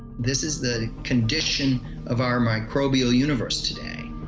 this is the condition of our microbial universe today.